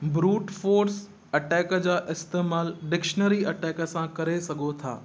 brute force attack जा इस्तेमालु dictionary attack सां करे सघो थो